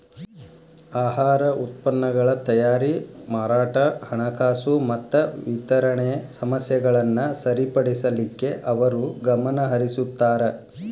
ಆಹಾರ ಉತ್ಪನ್ನಗಳ ತಯಾರಿ ಮಾರಾಟ ಹಣಕಾಸು ಮತ್ತ ವಿತರಣೆ ಸಮಸ್ಯೆಗಳನ್ನ ಸರಿಪಡಿಸಲಿಕ್ಕೆ ಅವರು ಗಮನಹರಿಸುತ್ತಾರ